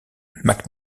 mac